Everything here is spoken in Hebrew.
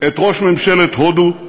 את ראש ממשלת הודו,